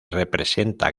representa